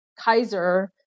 Kaiser